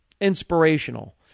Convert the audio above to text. inspirational